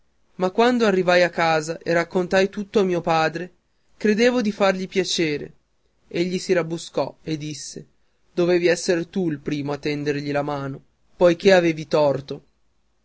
ma quando arrivai a casa e raccontai tutto a mio padre credendo di fargli piacere egli si rabbruscò e disse dovevi esser tu il primo a tendergli la mano poiché avevi torto